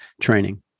training